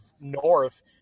north